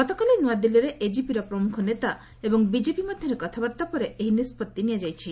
ଗତକାଲି ନୂଆଦିଲ୍ଲୀରେ ଏଜିପିର ପ୍ରମୁଖ ନେତା ଏବଂ ବିଜେପି ମଧ୍ୟରେ କଥାବାର୍ତ୍ତା ପରେ ଏହି ନିଷ୍ପଭି ନିଆଯାଇଛି